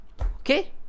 Okay